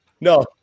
No